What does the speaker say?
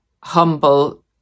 humble